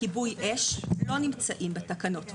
כיבוי אש, לא נמצאים בתקנות.